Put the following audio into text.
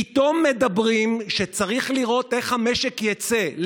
פתאום אומרים שצריך לראות איך המשק יצא.